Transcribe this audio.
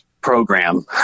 program